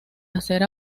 hacer